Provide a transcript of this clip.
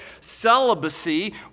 celibacy